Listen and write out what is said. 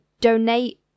donate